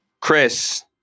Chris